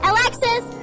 Alexis